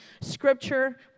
Scripture